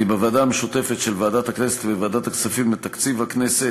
כי בוועדה המשותפת של ועדת הכנסת וועדת הכספים לתקציב הכנסת